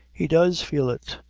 he does feel it.